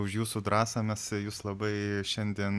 už jūsų drąsą mes jus labai šiandien